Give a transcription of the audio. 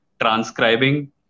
transcribing